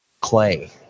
clay